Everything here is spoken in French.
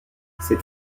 cet